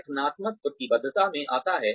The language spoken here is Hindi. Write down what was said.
संगठनात्मक प्रतिबद्धता में आता है